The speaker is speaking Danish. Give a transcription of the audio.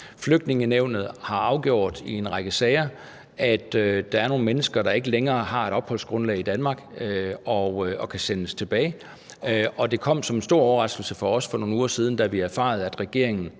Flygtningenævnet har i en række sager afgjort, at der er nogle mennesker, der ikke længere har et opholdsgrundlag i Danmark og kan sendes tilbage, og det kom som en stor overraskelse for os for nogle uger siden, da vi erfarede, at regeringen